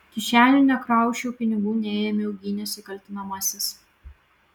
kišenių nekrausčiau pinigų neėmiau gynėsi kaltinamasis